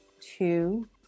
two